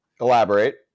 Elaborate